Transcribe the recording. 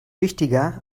wichtiger